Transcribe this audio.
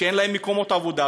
שאין להם מקומות עבודה.